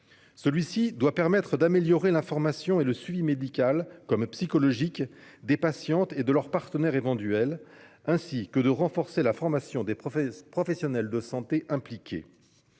Celui-ci doit permettre d'améliorer l'information et le suivi, médical comme psychologique, des patientes et de leur partenaire éventuel, ainsi que de renforcer la formation des professionnels de santé impliqués.